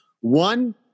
One